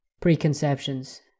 preconceptions